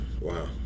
wow